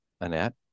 Annette